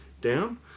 down